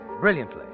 brilliantly